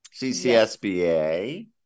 CCSBA